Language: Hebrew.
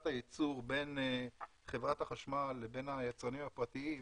הייצור בין חברת החשמל לבין היצרנים הפרטיים.